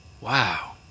Wow